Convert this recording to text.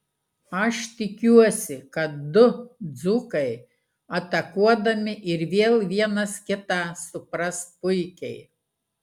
aš tikiuosi kad du dzūkai atakuodami ir vėl vienas kitą supras puikiai